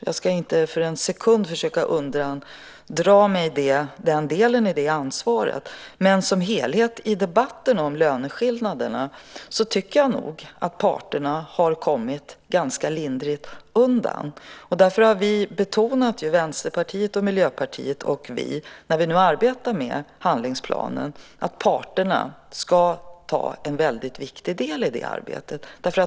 Jag ska inte för en sekund försöka undandra mig den delen av ansvaret, men som helhet i debatten om löneskillnaderna tycker jag nog att parterna har kommit ganska lindrigt undan. Därför har Vänsterpartiet, Miljöpartiet och vi, när vi arbetar med handlingsplanen, betonat att parterna ska vara en väldigt viktig del i det arbetet.